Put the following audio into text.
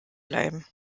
bleiben